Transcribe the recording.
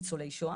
שהם ניצולי שואה.